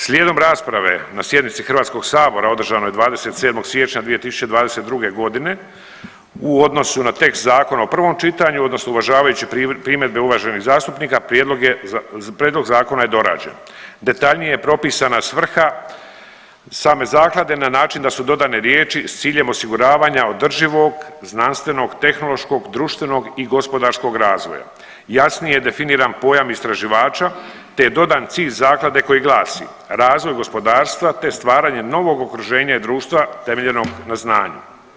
Slijedom rasprave na sjednici HS održanoj 27. siječnja 2022.g. u odnosu na tekst zakona u prvom čitanju odnosno uvažavajući primjedbe uvaženih zastupnika prijedlog je, prijedlog zakona je dorađen, detaljnije je propisana svrha same zaklade na način da su dodane riječi s ciljem osiguravanja održivog, znanstvenog, tehnološkog, društvenog i gospodarskog razvoja, jasnije definiran pojam istraživača te je dodan cilj zaklade koji glasi: „Razvoj gospodarstva te stvaranje novog okruženja i društva temeljenog na znanju“